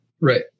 Right